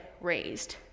raised